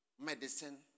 medicine